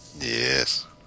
Yes